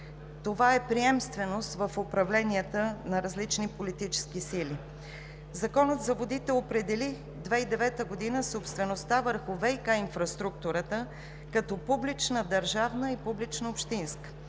Това е приемственост в управленията на различните политически сили. Законът за водите от 2009 г. определи собствеността върху ВиК инфраструктурата като публична държавна и публична общинска.